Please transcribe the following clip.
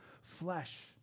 flesh